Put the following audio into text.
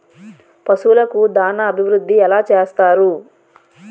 పశువులకు దాన అభివృద్ధి ఎలా చేస్తారు?